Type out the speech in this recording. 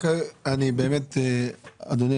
אני מודה על הדיון.